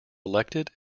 elected